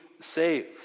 saved